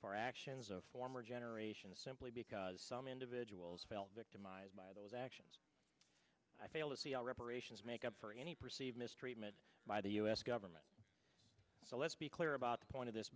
for actions of former generations simply because some individuals felt victimized by those actions i fail to see how reparations make up for any perceived mistreatment by the u s government so let's be clear about the point of this